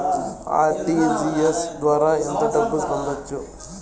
RTGS ద్వారా ఎంత డబ్బు పంపొచ్చు?